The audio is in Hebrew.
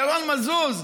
ירון מזוז,